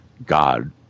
God